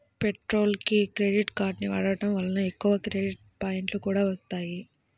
పెట్రోల్కి క్రెడిట్ కార్డుని వాడటం వలన ఎక్కువ క్రెడిట్ పాయింట్లు కూడా వత్తాయి